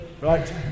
Right